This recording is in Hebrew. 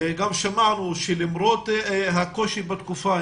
שמענו שלמרות הקושי בתקופה,